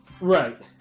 Right